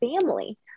family